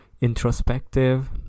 introspective